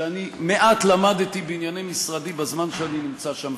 שאני למדתי מעט בענייני משרדי בזמן שאני נמצא שם,